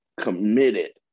committed